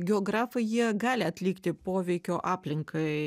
geografai jie gali atlikti poveikio aplinkai